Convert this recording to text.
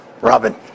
Robin